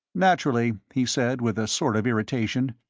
naturally, he said, with a sort of irritation.